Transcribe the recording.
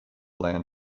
land